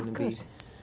good.